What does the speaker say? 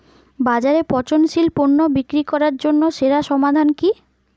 বাজারে পচনশীল পণ্য বিক্রি করার জন্য সেরা সমাধান কি?